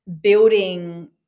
building